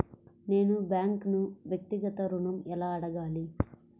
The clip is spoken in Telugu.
నేను బ్యాంక్ను వ్యక్తిగత ఋణం ఎలా అడగాలి?